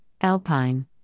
Alpine